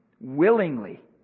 willingly